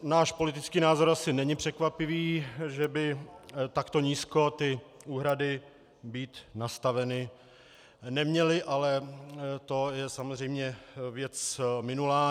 Náš politický názor asi není překvapivý, že by takto nízko ty úhrady být nastaveny neměly, ale to je samozřejmě věc minulá.